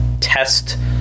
test